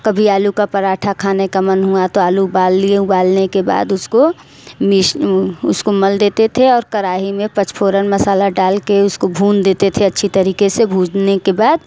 कभी आलू का पराठा खाने का मन हुआ तो आलू उबाल लिए उबालने के बाद उसको मीस उसको मल देते थे और कड़ाई में पचफोरन मसाला डाल कर उसको भून देते थे अच्छे तरीक़े से भूनने के बाद